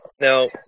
Now